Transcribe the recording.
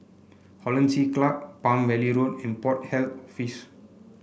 Hollandse Club Palm Valley Road and Port Health Office